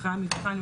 אחרי המבחן,